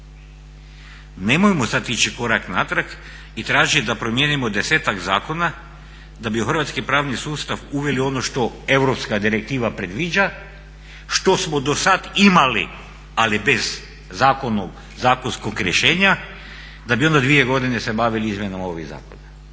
Nemojmo sad ići korak natrag i tražit da promijenimo desetak zakona, da bi u hrvatski pravni sustav uveli ono što europska direktiva predviđa, što smo do sad imali ali bez zakonskog rješenja, da bi onda dvije godine se bavili izmjenama ovih zakona.